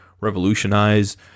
revolutionize